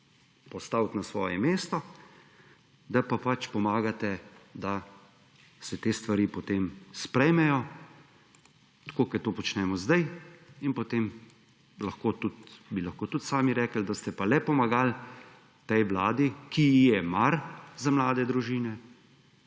postaviti na svoje mesto, da pa pomagate, da se te stvari potem sprejmejo tako, kot to počnemo zdaj. Potem bi lahko tudi sami rekli, da ste pa le pomagali tej vladi, ki ji je mar za mlade družine,